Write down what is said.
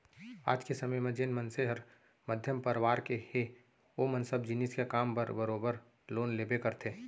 आज के समे म जेन मनसे हर मध्यम परवार के हे ओमन सब जिनिस के काम बर बरोबर लोन लेबे करथे